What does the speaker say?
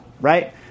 right